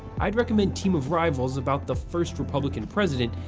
i'd recommend team of rivals about the first republican president,